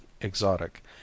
exotic